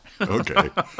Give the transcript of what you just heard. Okay